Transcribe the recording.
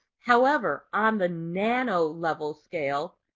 however on the nano level scale,